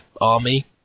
army